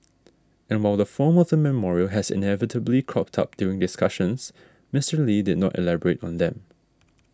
and while the form was memorial has inevitably cropped up during discussions Mister Lee did not elaborate on them